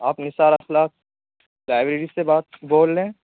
آپ نثار اخلاق لائبریری سے بات بول رہے ہیں